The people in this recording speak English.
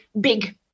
big